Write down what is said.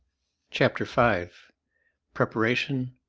chapter five preparation,